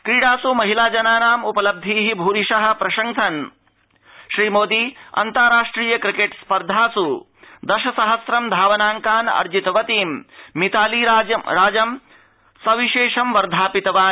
क्री प्रेस् महिला जनानाम् उपलब्धीः भूरिशः प्रशंसन् श्रीमोदी अन्ताराष्ट्रिय क्रिकेट स्पर्धास् दश सहस्र धावनांकान् अर्जितवर्ता मिताली राजं सविशेषं वर्धापितवान्